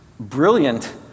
brilliant